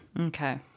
Okay